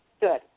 good